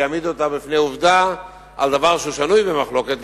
שיעמידו אותה בפני עובדה על דבר שהוא שנוי במחלוקת,